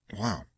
Wow